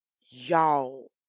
Y'all